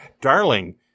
Darling